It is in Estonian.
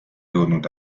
jõudnud